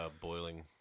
boiling